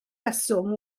reswm